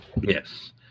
Yes